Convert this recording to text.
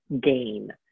gain